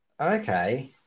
okay